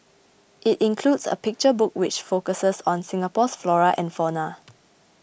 it includes a picture book which focuses on Singapore's flora and fauna